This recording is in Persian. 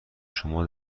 شما